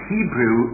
Hebrew